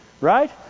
Right